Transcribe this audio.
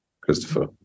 Christopher